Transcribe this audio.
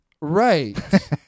Right